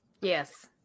yes